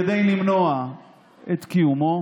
כדי למנוע את קיומו,